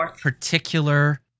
particular